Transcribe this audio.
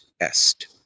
est